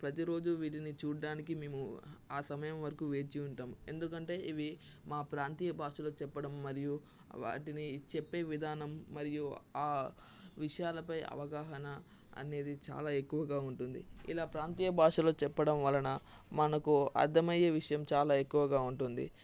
ప్రతిరోజు వీటిని చూడ్డానికి మేము ఆ సమయం వరకు వేచి ఉంటాం ఎందుకంటే ఇవి మా ప్రాంతీయ భాషలో చెప్పడం మరియు వాటిని చెప్పే విధానం మరియు ఆ విషయాలపై అవగాహన అనేది చాలా ఎక్కువగా ఉంటుంది ఇలా ప్రాంతీయ భాషలో చెప్పడం వలన మనకు అర్థమయ్యే విషయం చాలా ఎక్కువగా ఉంటుంది